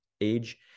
age